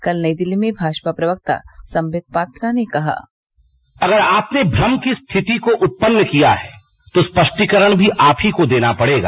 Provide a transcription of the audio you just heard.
कल नई दिल्ली में भाजपा प्रवक्ता संबित पात्रा ने कहा अगर आपने भ्रम की स्थिति को उत्पन्न किया है तो स्पष्टीकरण भी आप ही को देना पड़ेगा